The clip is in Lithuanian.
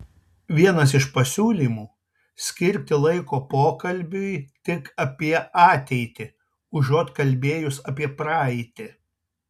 vienas iš pasiūlymų skirti laiko pokalbiui tik apie ateitį užuot kalbėjus apie praeitį